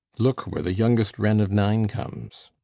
look where the youngest wren of nine comes.